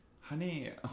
honey